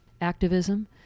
activism